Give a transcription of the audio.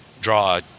draw